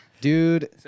Dude